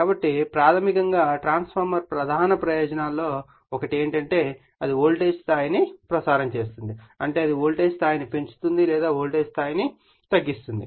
కాబట్టి ప్రాథమికంగా ట్రాన్స్ఫార్మర్ ప్రధాన ప్రయోజనాల్లో ఒకటి ఏమిటంటే అది వోల్టేజ్ స్థాయిని ప్రసారం చేయగలదు అంటే అది వోల్టేజ్ స్థాయిని పెంచుతుంది లేదా వోల్టేజ్ స్థాయిని తగ్గిస్తుంది